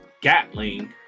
Gatling